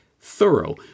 thorough